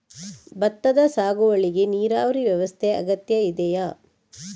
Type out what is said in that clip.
ಭತ್ತದ ಸಾಗುವಳಿಗೆ ನೀರಾವರಿ ವ್ಯವಸ್ಥೆ ಅಗತ್ಯ ಇದೆಯಾ?